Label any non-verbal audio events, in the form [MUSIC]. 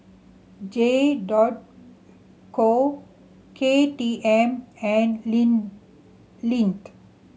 J [UNINTELLIGIBLE] co K T M and [UNINTELLIGIBLE] Lindt